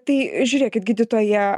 tai žiūrėkit gydytoja